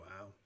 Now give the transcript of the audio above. wow